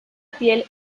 piel